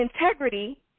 integrity